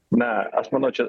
na aš manau čia